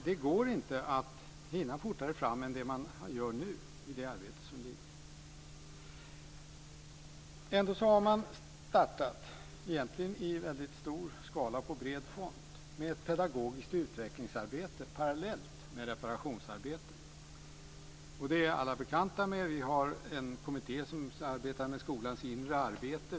Det går inte att hinna fortare fram än man gör nu i det arbete som ligger. Ändå har man startat, egentligen i stor skala på bred front, med ett pedagogiskt utvecklingsarbete parallellt med reparationsarbete. Det är alla bekanta med. Vi har en kommitté som arbetar med skolans inre arbete.